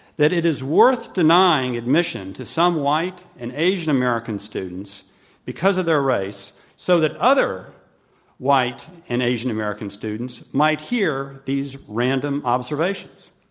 that it is worth denying admission to some white and asian american students because of their race so that other white and asian american students might hear these random observations.